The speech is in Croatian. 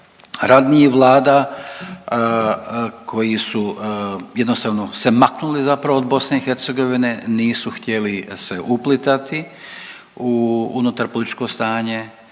ranijih vlada koji su jednostavno se maknuli zapravo od BiH, nisu htjeli se uplitati u unutar političko stanje.